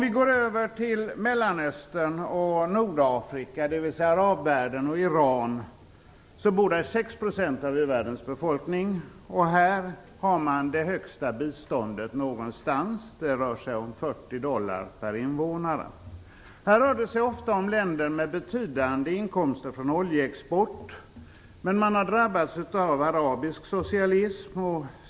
I Mellanöstern och Nordafrika, dvs. arabvärlden och Iran, bor 6 % av u-världens befolkning. Här har man det högsta biståndet någonstans. Det rör sig om 40 dollar per invånare. Detta är länder som ofta har betydande inkomster från oljeexport. Men man har drabbats av arabisk socialism.